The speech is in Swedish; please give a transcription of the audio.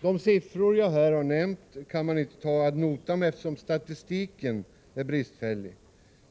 De siffror jag har nämnt skall man inte taga ad notam, eftersom statistiken är bristfällig.